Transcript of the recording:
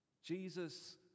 Jesus